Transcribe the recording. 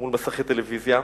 ומול מסכי טלוויזיה,